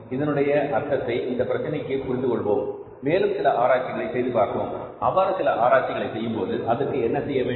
இதனுடைய அர்த்தத்தை இந்த பிரச்சனைக்கு புரிந்து கொள்வோம் மேலும் சில ஆராய்ச்சிகளை செய்து பார்ப்போம் அவ்வாறு சில ஆராய்ச்சிகளை செய்யும்போது அதற்கு என்ன செய்ய வேண்டும்